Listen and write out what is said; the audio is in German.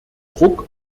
druck